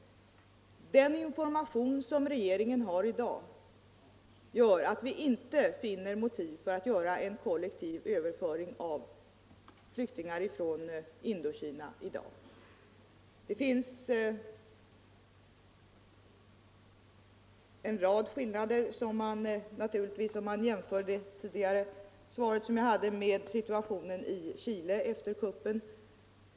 Den information som regeringen nu har gör att vi inte finner motiv för en kollektiv överföring av flyktingar från Indokina i dag. Det finns en rad skillnader om man jämför med vad som föranledde det svar jag gav tidigare, nämligen situationen i Chile efter kuppen.